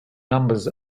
numbers